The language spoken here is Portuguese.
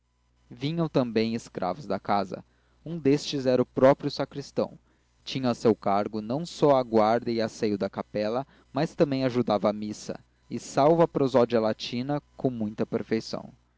vinham também escravos da casa um destes era o próprio sacristão tinha a seu cargo não só a guarda e asseio da cabela mas também ajudava a missa e salvo a prosódia latina com muita perfeição